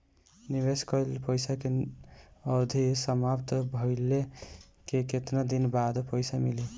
निवेश कइल पइसा के अवधि समाप्त भइले के केतना दिन बाद पइसा मिली?